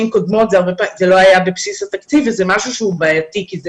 קודמות זה לא היה בבסיס התקציב וזה משהו שהוא בעייתי כי זה